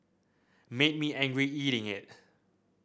made me angry eating it